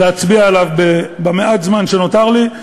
להצביע עליו במעט הזמן שנותר לי,